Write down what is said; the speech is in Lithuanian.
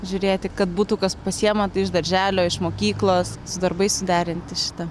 žiūrėti kad būtų kas pasiėma iš darželio iš mokyklos su darbais suderinti šitą